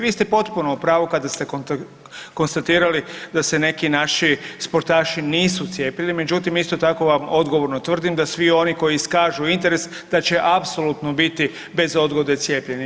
Vi ste potpuno u pravu kada ste konstatirali da se neki naši sportaši nisu cijepili, međutim isto tako vam odgovorno tvrdim da svi oni koji iskažu interes da će apsolutno biti bez odgode cijepljeni.